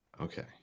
okay